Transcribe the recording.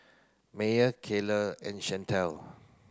Meyer Karly and Shantell